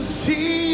see